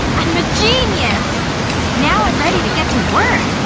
i'm a genius now i'm ready to get to work!